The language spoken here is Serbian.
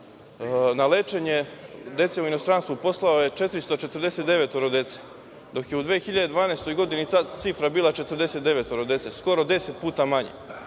na lečenje dece u inostranstvo poslao je 449 dece, dok je u 2012. godini ta cifra bila 49 dece, skoro deset puta manja. Ako